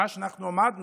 מאז שאנחנו עמדנו,